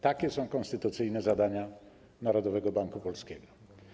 Takie są konstytucyjne zadania Narodowego Banku Polskiego.